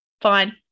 fine